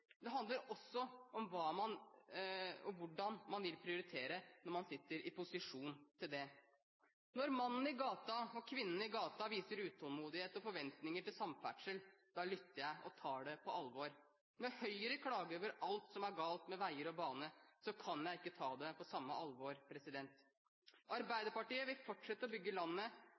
Det handler også om hvordan man vil prioritere når man sitter i posisjon til det. Når mannen og kvinnen i gata viser utålmodighet og forventninger til samferdsel, da lytter jeg og tar det på alvor. Når Høyre klager over alt som er galt med veier og bane, kan jeg ikke ta det på samme alvor. Arbeiderpartiet vil fortsette å bygge landet